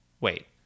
Wait